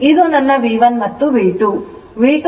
ಇದು ನನ್ನ V1 ಮತ್ತು V2